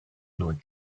fluent